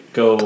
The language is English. go